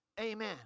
Amen